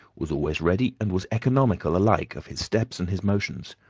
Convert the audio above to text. was always ready, and was economical alike of his steps and his motions.